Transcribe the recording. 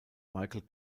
michael